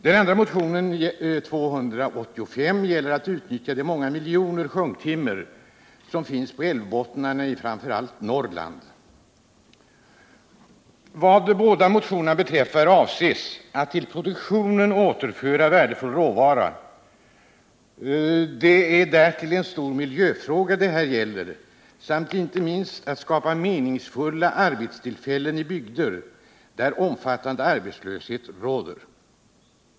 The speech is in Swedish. Den andra motionen, nr 285, tar upp frågan om att utnyttja de många miljoner sjunktimmer som finns på älvbottnarna i framför allt Norrland. Vad de båda motionerna beträffar så avses med förslagen i dessa att till produktionen återföra värdefull råvara. Därtill är detta en stor miljöfråga, och det gäller dessutom inte minst att skapa meningsfulla arbetstillfällen i bygder där omfattande arbetslöshet råder.